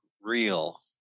real